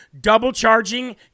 double-charging